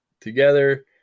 Together